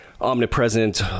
omnipresent